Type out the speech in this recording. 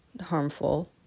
harmful